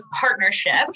partnerships